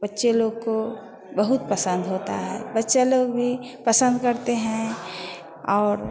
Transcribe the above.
बच्चे लोग को बहुत पसंद होता है बच्चा लोग भी पसंद करते हैं और